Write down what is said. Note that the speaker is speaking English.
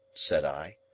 said i.